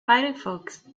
firefox